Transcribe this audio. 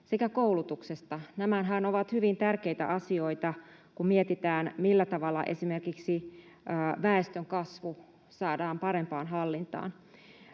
sekä koulutuksesta. Nämähän ovat hyvin tärkeitä asioita, kun mietitään, millä tavalla esimerkiksi väestönkasvu saadaan parempaan hallintaan.